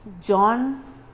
John